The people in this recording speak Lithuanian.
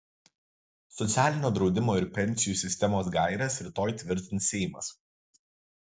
socialinio draudimo ir pensijų sistemos gaires rytoj tvirtins seimas